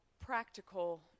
practical